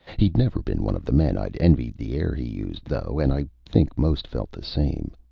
he'd never been one of the men i'd envied the air he used, though, and i think most felt the same.